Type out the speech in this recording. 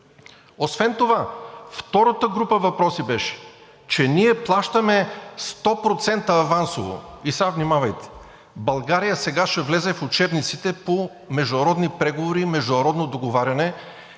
Освен това втората група въпроси беше, че ние плащаме сто процента авансово. И сега внимавайте – България сега ще влезе в учебниците по международни преговори и международно договаряне,